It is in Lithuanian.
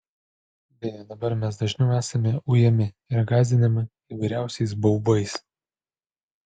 deja dabar mes dažniau esame ujami ir gąsdinami įvairiausiais baubais